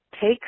Take